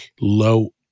low